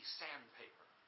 sandpaper